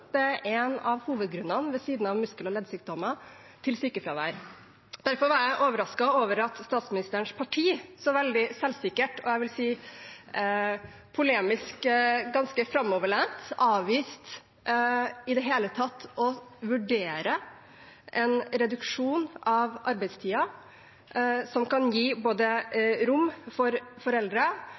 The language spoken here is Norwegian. er en av hovedgrunnene – ved siden av muskel- og leddsykdommer – til sykefravær. Derfor var jeg overrasket over at statsministerens parti så veldig selvsikkert, og jeg vil si polemisk ganske framoverlent, avviste i det hele tatt å vurdere en reduksjon av arbeidstiden, som kan både gi rom for